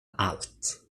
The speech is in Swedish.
allt